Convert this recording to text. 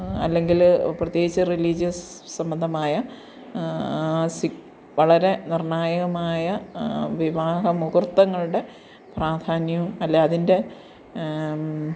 അല്ലെങ്കില് പ്രത്യേകിച്ച് റിലീജിയസ് സംബന്ധമായ സി വളരെ നിർണായകമായ വിവാഹമുഹൂർത്തങ്ങളുടെ പ്രാധാന്യവും അല്ലെങ്കില് അതിൻ്റെ